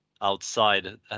outside